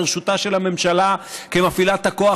ולרשותה של הממשלה כמפעילת הכוח,